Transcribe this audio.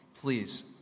please